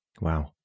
Wow